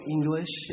English